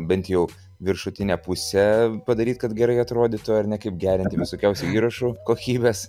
bent jau viršutinę pusę padaryti kad gerai atrodytų ar ne kaip gerinti visokiausių įrašų kokybes